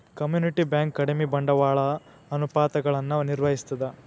community bank ಕಡಿಮಿ ಬಂಡವಾಳದ ಅನುಪಾತಗಳನ್ನ ನಿರ್ವಹಿಸ್ತದ